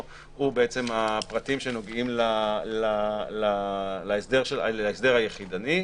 הוא בעצם הפרטים שנוגעים להסדר היחידני,